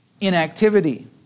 inactivity